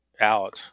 Out